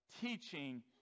teaching